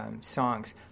songs